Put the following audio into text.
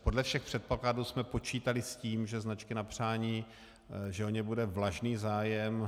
Podle všech předpokladů jsme počítali s tím, že o značky na přání bude vlažný zájem.